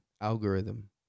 algorithm